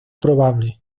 probable